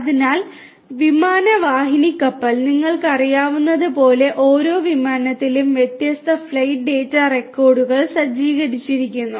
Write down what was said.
അതിനാൽ വിമാനവാഹിനിക്കപ്പൽ നിങ്ങൾക്കറിയാവുന്നതുപോലെ ഓരോ വിമാനത്തിലും വ്യത്യസ്ത ഫ്ലൈറ്റ് ഡാറ്റ റെക്കോർഡറുകൾ സജ്ജീകരിച്ചിരിക്കുന്നു